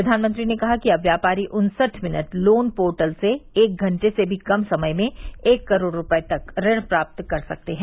प्रधानमंत्री ने कहा कि अब व्यापारी उन्सठ मिनट लोन पोर्टल से एक घंटे से भी कम समय में एक करोड़ रूपये तक ऋण प्राप्त कर सकते हैं